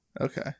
Okay